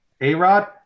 A-Rod